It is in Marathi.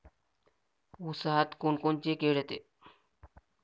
ऊसात कोनकोनची किड येते?